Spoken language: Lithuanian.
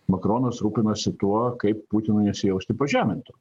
makronas rūpinasi tuo kaip putinui nesijausti pažemintu